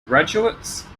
graduates